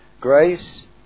grace